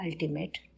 ultimate